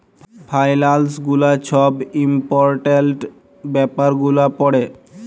ফাইলালস গুলা ছব ইম্পর্টেলট ব্যাপার গুলা পড়ে